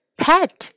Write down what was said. pet